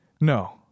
No